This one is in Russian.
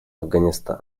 афганистан